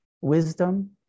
wisdom